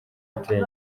ateye